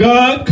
God